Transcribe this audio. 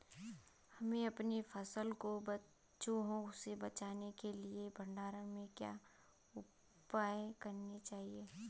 हमें अपनी फसल को चूहों से बचाने के लिए भंडारण में क्या उपाय करने चाहिए?